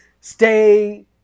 stay